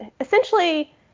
essentially